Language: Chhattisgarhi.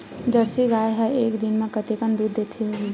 जर्सी गाय ह एक दिन म कतेकन दूध देत होही?